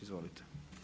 Izvolite.